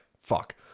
fuck